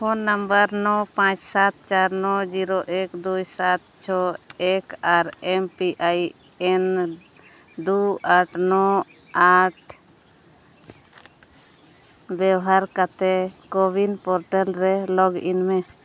phone number ᱱᱚ ᱯᱟᱪ ᱥᱟᱛ ᱪᱟᱨ ᱱᱚ ᱡᱤᱨᱳ ᱮᱠ ᱫᱩᱭ ᱥᱟᱛ ᱪᱷᱚ ᱮᱠ ᱟᱨ ᱮᱢ ᱯᱤ ᱟᱭ ᱮᱱ ᱫᱩ ᱟᱴ ᱱᱚ ᱟᱴ ᱵᱮᱣᱦᱟᱨ ᱠᱟᱛᱮᱫ ᱠᱳᱼᱩᱭᱤᱱ ᱯᱚᱨᱴᱟᱞᱨᱮ ᱞᱚᱜᱽᱤᱱ ᱢᱮ